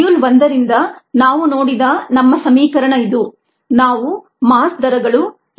module 1 ರಿಂದ ನಾವು ನೋಡಿದ ನಮ್ಮ ಸಮೀಕರಣ ಇದು ಇವು ಮಾಸ್ ದರಗಳು